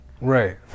Right